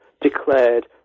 declared